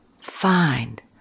find